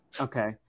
Okay